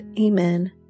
amen